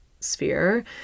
sphere